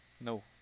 No